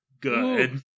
good